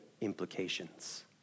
implications